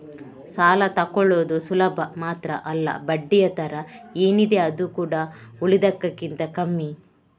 ಸಾಲ ತಕ್ಕೊಳ್ಳುದು ಸುಲಭ ಮಾತ್ರ ಅಲ್ಲ ಬಡ್ಡಿಯ ದರ ಏನಿದೆ ಅದು ಕೂಡಾ ಉಳಿದದಕ್ಕಿಂತ ಕಮ್ಮಿ